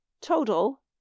Total